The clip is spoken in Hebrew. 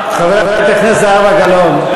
חברת הכנסת זהבה גלאון,